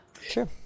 Sure